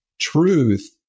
truth